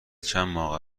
چندماه